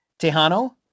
Tejano